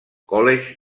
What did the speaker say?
college